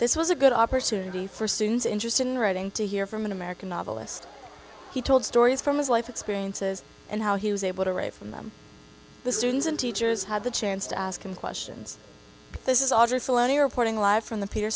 this was a good opportunity for students interested in writing to hear from an american novelist he told stories from his life experiences and how he was able to write from them the students and teachers had the chance to ask him questions this is author salon airport in live from the p